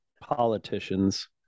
politicians